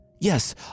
Yes